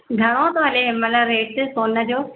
घणो थो हले हिनमहिल रेट सोन जो